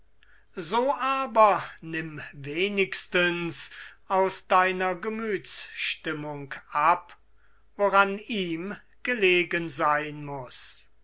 so aber nimm aus deiner gemüthsstimmung ab woran ihm gelegen sein muß